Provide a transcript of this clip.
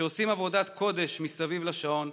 שעושים עבודת קודש מסביב לשעון,